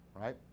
Right